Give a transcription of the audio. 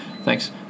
Thanks